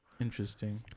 Interesting